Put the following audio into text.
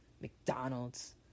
McDonald's